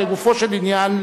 לגופו של עניין,